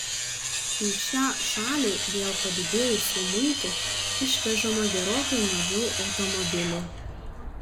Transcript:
į šią šalį dėl padidėjusių muitų išvežama gerokai mažiau automobilių